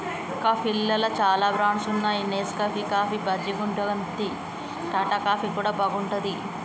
కాఫీలల్ల చాల బ్రాండ్స్ వున్నాయి నెస్కేఫ్ కాఫీ మంచిగుంటది, టాటా కాఫీ కూడా బాగుంటది